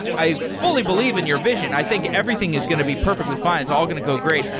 i fully believe in your vision. i think everything is going to be perfectly fine. it's all going to go great.